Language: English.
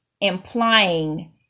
implying